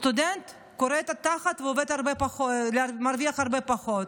סטודנט קורע את התחת ומרוויח הרבה פחות.